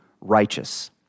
righteous